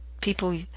people